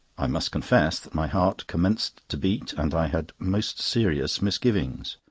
i must confess that my heart commenced to beat and i had most serious misgivings.